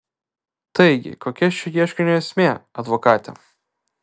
taigi kokia šio ieškinio esmė advokate